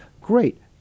great